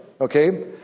okay